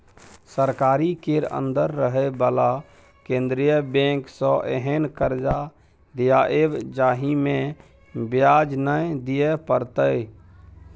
सरकारी केर अंदर रहे बला केंद्रीय बैंक सँ एहेन कर्जा दियाएब जाहिमे ब्याज नै दिए परतै